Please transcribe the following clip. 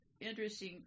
interesting